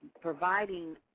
providing